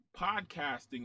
podcasting